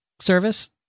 service